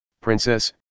princess